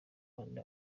kandi